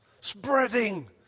Spreading